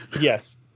Yes